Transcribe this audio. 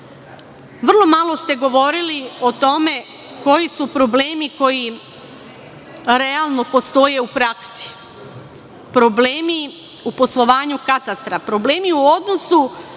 Vrlo malo ste govorili o tome koji su problemi koji realno postoje u praksi, problemi u poslovanju katastra, problemi u odnosu